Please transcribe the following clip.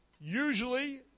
Usually